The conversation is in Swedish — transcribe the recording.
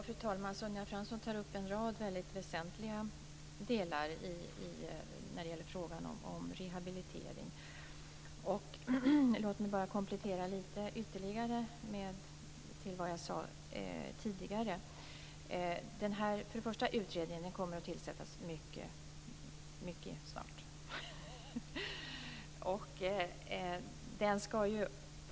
Fru talman! Sonja Fransson tar upp en rad väsentliga delar när det gäller frågan om rehabilitering. Låt mig först något ytterligare komplettera det som jag sade tidigare. Utredningen kommer att tillsättas mycket snart.